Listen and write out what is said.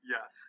Yes